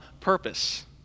purpose